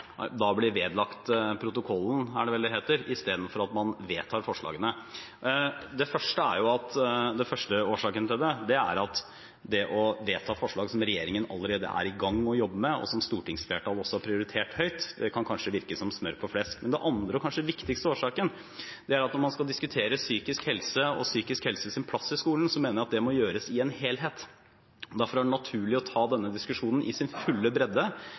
blir vedlagt protokollen, er det vel det heter, istedenfor at man vedtar forslagene. Den første årsaken er at det å vedta forslag som regjeringen allerede jobber med, og som stortingsflertallet har prioritert høyt, kan kanskje virke som smør på flesk. Den andre – og kanskje viktigste årsaken – er at når man skal diskutere psykisk helse og psykisk helses plass i skolen, mener jeg det må gjøres i en helhet. Derfor er det naturlig å ta denne diskusjonen i sin fulle bredde